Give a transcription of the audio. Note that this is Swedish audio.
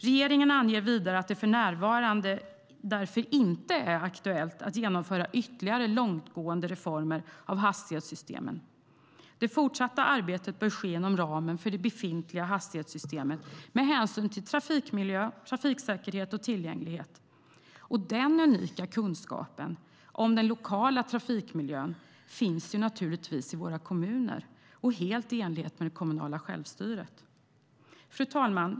Regeringen anger vidare att det för närvarande därför inte är aktuellt att genomföra ytterligare långtgående reformer av hastighetssystemen. Det fortsatta arbetet bör ske inom ramen för det befintliga hastighetssystemet, med hänsyn till trafikmiljö, trafiksäkerhet och tillgänglighet. Den unika kunskapen om den lokala trafikmiljön finns naturligtvis i våra kommuner. Det är helt i enlighet med det kommunala självstyret. Fru talman!